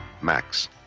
Max